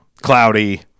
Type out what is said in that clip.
cloudy